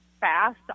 fast